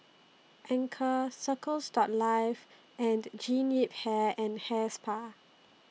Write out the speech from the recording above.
Anchor Circles Life and Jean Yip Hair and Hair Spa